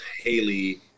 Haley